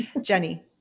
Jenny